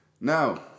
Now